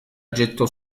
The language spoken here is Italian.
gettò